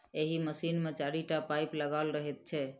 एहि मशीन मे चारिटा पाइप लगाओल रहैत छै